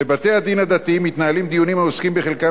בבתי-הדין הדתיים מתנהלים דיונים העוסקים בחלקם